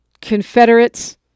Confederates